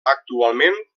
actualment